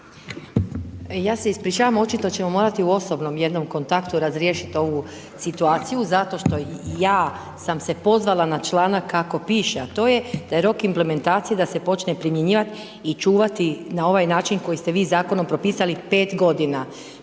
Ja se ispričavam, očito ćemo morati osobno jednom kontaktu razriješiti ovu situaciju, zato što sam se ja pozvala na čl. kako piše, a to je da je rok implementacije, da se počne primjenjivati i čuvati na ovaj način koji ste vi zakonom propisali 5 g.